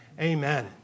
Amen